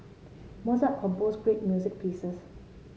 Mozart composed great music pieces